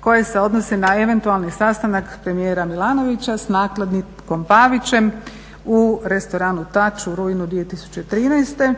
koja se odnose na eventualni sastanak premijera Milanovića s nakladnikom Pavićem u restoranu Tač u rujnu 2013.